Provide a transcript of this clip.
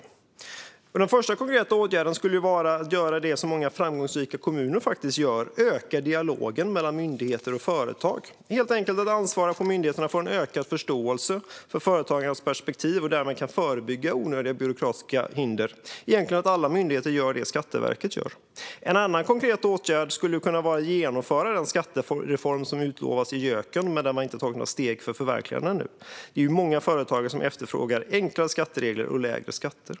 Den första konkreta åtgärden skulle vara att göra som många framgångsrika kommuner: Öka dialogen mellan myndigheter och företag. Man ska helt enkelt ansvara för att alla myndigheter får ökad förståelse för företagarens perspektiv och därmed förebygga onödiga byråkratiska hinder, egentligen göra det Skatteverket gör. En annan konkret åtgärd skulle kunna vara att genomföra den skattereform som utlovas i JÖK:en men som man ännu inte har tagit några steg mot att förverkliga. Många företagare efterfrågar enkla skatteregler och lägre skatter.